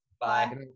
Bye